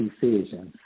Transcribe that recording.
decisions